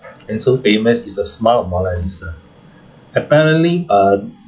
and so famous is a smile of mona lisa apparently uh